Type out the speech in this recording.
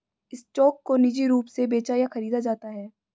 stock को निजी रूप से बेचा या खरीदा जाता है